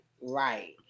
right